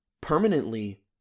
permanently